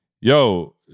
yo